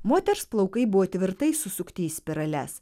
moters plaukai buvo tvirtai susukti į spirales